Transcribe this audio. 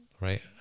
Right